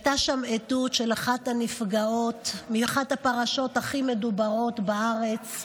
שהייתה שם עדות של אחת הנפגעות מאחת הפרשות הכי מדוברות בארץ,